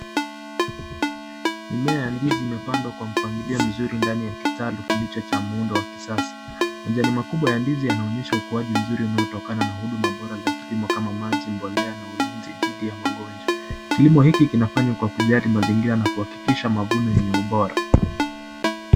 Mimea ya ndizi imepandwa kwa mpangilio mzuri ndani ya kitalu kilicho cha muundo wa kisasa, majani makubwa ya ndizi yanaonyesha ukuaji mzuri unaotokana na huduma bora za kilimo kama maji, mbolea na ulinzi dhidi ya magonjwa. Kilimo hiki kinafanywa kwa kujali mazingira na kuhakikisha mavuno yenye ubora.